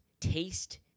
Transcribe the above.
taste